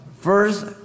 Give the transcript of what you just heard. First